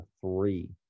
three